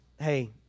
hey